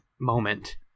moment